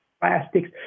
plastics